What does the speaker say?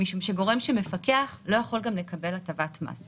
משום שגורם שמפקח לא יכול גם לקבל הטבת מס.